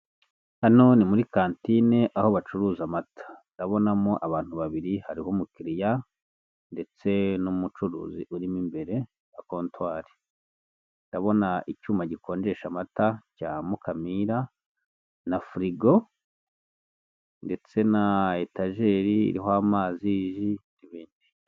Hano muri kantine aho bacuruza amata ndabonamo abantu babiri hariho umukiriya ndetse n'umucuruzi urimo imbere ya kontwari, ndabona icyuma gikondesha amata cya Mukamira na frigo ndetse na etajeri iriho amazi, ji n'ibindi.